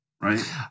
right